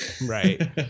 Right